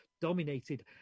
dominated